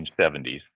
1970s